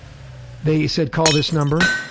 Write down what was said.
they said call this number,